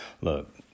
Look